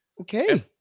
Okay